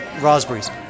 raspberries